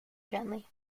gently